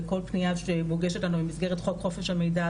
וכל פניה שמוגשת אנחנו במסגר חוק חופש המידע,